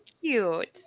cute